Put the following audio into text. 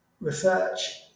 research